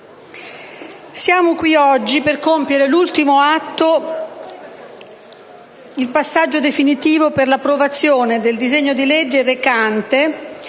siamo qui oggi per compiere l'ultimo atto parlamentare, il passaggio definitivo, per l'approvazione del disegno di legge recante